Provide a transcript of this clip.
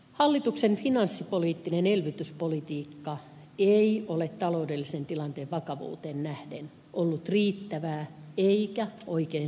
hallituksen finanssipoliittinen elvytyspolitiikka ei ole taloudellisen tilanteen vakavuuteen nähden ollut riittävää eikä oikein suunnattua